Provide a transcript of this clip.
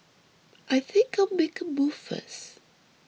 I think I'll make a move first